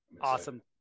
Awesome